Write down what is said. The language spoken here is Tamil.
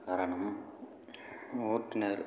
காரணம் ஓட்டுநர்